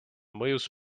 mõjus